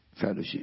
Fellowship